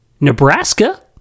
Nebraska